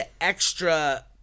extra